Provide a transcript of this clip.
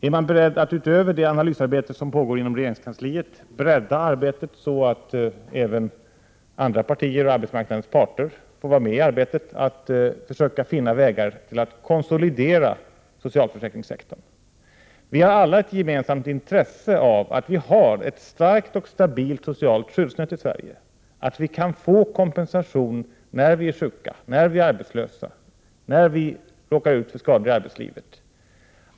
Är man beredd att utöver det analysarbete som pågår inom regeringskansliet bredda arbetet, så att även andra partier och arbetsmarknadens parter får vara med i arbetet att försöka finna vägar till att konsolidera socialförsäkringssektorn? Vi har alla ett gemensamt intresse av ett starkt och stabilt socialt skyddsnät i Sverige, att vi kan få kompensation när vi är sjuka, arbetslösa eller råkar ut för skador i arbetslivet.